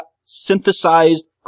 synthesized